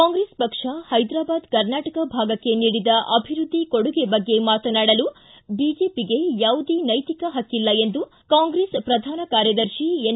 ಕಾಂಗ್ರೆಸ್ ಪಕ್ಷ ಹೈದರಾಬಾದ್ ಕರ್ನಾಟಕ ಭಾಗಕ್ಕೆ ನೀಡಿದ ಅಭಿವೃದ್ಧಿ ಕೊಡುಗೆ ಬಗ್ಗೆ ಮಾತನಾಡಲು ಬಿಜೆಪಿಗೆ ಯಾವುದೇ ನೈತಿಕ ಹಕ್ಕಲ್ಲ ಎಂದು ಕಾಂಗ್ರೆಸ್ ಪ್ರಧಾನ ಕಾರ್ಯದರ್ಶಿ ಎನ್